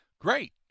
great